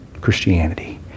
Christianity